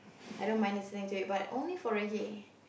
I don't mind listening to it but only for reggae